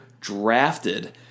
drafted